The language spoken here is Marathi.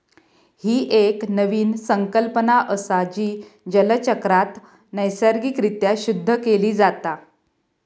ही एक नवीन संकल्पना असा, जी जलचक्रात नैसर्गिक रित्या शुद्ध केली जाता